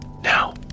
Now